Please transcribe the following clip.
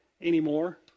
anymore